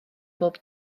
bob